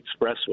expressway